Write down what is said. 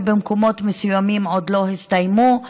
ובמקומות מסוימים עוד לא הסתיימו,